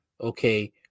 okay